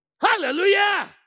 Hallelujah